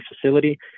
facility